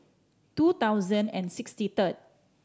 two thousand and sixty third